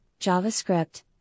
JavaScript